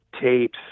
tapes